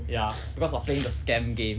ya because of playing the scam games